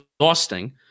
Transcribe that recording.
exhausting